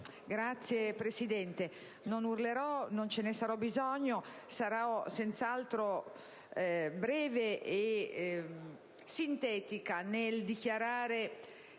Signora Presidente, non urlerò, non ce ne sarà bisogno, perché sarò senz'altro breve e sintetica nel dichiarare